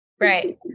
Right